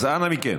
אז אנא מכם.